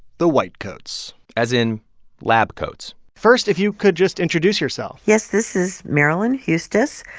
the white coats as in lab coats first, if you could just introduce yourself? yes. this is marilyn huestis.